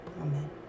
Amen